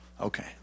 Okay